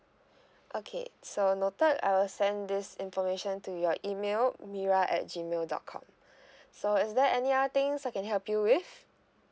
okay so noted I will send this information to your email mira at G mail dot com so is there any other things I can help you with